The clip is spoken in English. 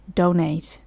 donate